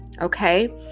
okay